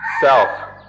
self